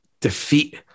defeat